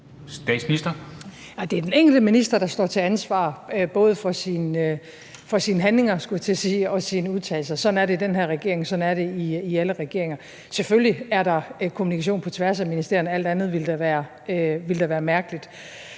det er den enkelte minister, der står til ansvar både for sine handlinger, skulle jeg til at sige, og sine udtalelser. Sådan er det i den her regering, sådan er det i alle regeringer. Selvfølgelig er der kommunikation på tværs af ministerierne. Alt andet ville da være mærkeligt.